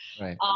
Right